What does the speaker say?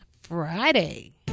Friday